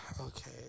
Okay